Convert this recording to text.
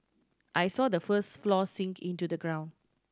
I saw the first floor sink into the ground